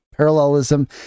Parallelism